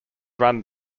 run